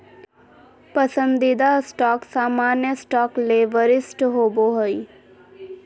पसंदीदा स्टॉक सामान्य स्टॉक ले वरिष्ठ होबो हइ